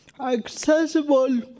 accessible